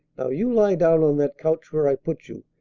now you lie down on that couch where i put you,